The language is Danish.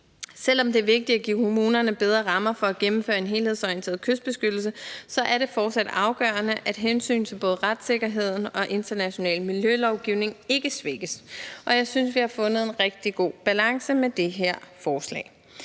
Selv om det er vigtigt at give kommunerne bedre rammer for at gennemføre en helhedsorienteret kystbeskyttelse, er det fortsat afgørende, at hensynet til både retssikkerheden og international miljølovgivning ikke svækkes, og jeg synes, vi har fundet en rigtig god balance med det her lovforslag.